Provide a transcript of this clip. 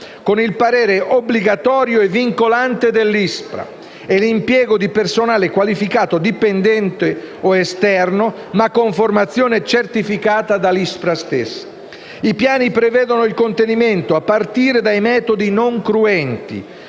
con il parere obbligatorio e vincolante dell’ISPRA e l’impiego di personale qualificato, dipendente o esterno, ma con formazione certificata dall’ISPRA stessa. I piani prevedono il contenimento - a partire dai metodi non cruenti